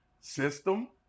system